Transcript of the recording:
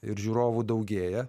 ir žiūrovų daugėja